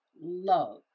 love